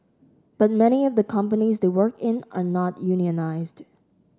but many of the companies they work in are not unionised